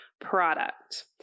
product